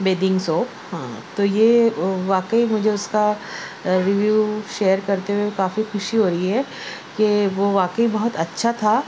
بےدنگ سوپ ہاں تو یہ واقعی مجھے اس کا ریویو شیئر کرتے ہوئے کافی خوشی ہو رہی ہے کہ وہ واقعی بہت اچھا تھا